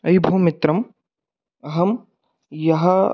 अयि भो मित्रम् अहं यं